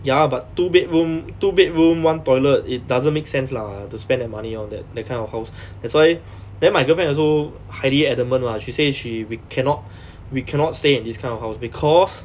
ya but two bedroom two bedroom one toilet it doesn't make sense lah to spend the money on that that kind of house that's why then my girlfriend also highly adamant what she say she we cannot we cannot stay in this kind of house because